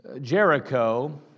Jericho